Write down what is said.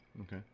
Okay